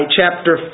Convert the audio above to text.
chapter